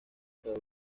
toda